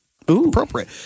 appropriate